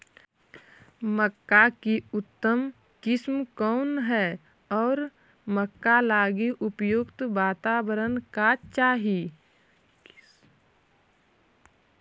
मक्का की उतम किस्म कौन है और मक्का लागि उपयुक्त बाताबरण का चाही?